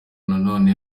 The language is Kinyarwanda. nanone